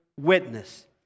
Witness